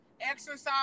exercise